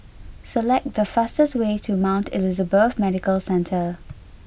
select the fastest way to Mount Elizabeth Medical Centre